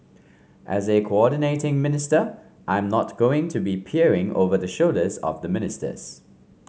as a coordinating minister I'm not going to be peering over the shoulders of the ministers